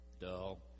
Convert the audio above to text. dull